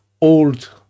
old